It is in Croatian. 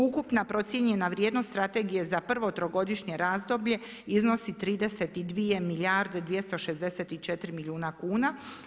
Ukupna procijenjena vrijednost strategije za prvo trogodišnje razdoblje iznosi 32 milijarde 264 milijuna kuna.